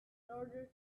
order